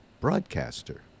broadcaster